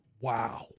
wow